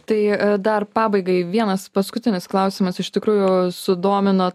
tai dar pabaigai vienas paskutinis klausimas iš tikrųjų sudomino